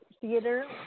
theater